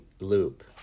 loop